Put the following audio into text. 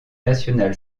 national